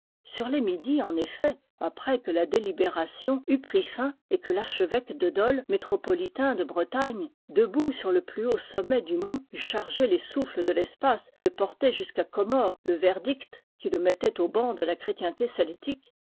sur les midi en effet après que la délibération eut pris fin et que l'archevêque de dol métropolitain de bre tagne debout sur le plus haut sommet du mont eut chargé les souffles de l'espace de porter jusqu'à gomorre le verdict qui le mettait au ban de la chrétienté celtique